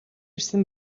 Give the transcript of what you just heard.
ирсэн